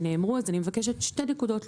אז אני מבקשת לומר שתי נקודות.